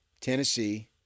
Tennessee